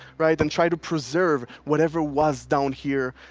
right? and try to preserve whatever was down here.